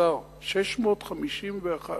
השר, 651,